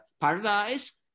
Paradise